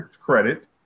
credit